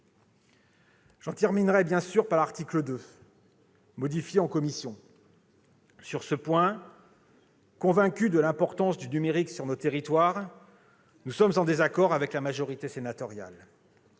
J'en terminerai bien sûr par l'article 2, modifié en commission. Sur ce point, convaincus de l'importance du numérique sur nos territoires, nous sommes en désaccord avec la majorité sénatoriale.